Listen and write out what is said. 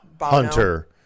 hunter